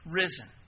risen